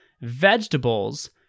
vegetables